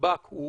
השב"כ הוא